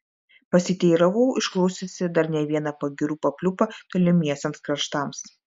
pasiteiravau išklausiusi dar ne vieną pagyrų papliūpą tolimiesiems kraštams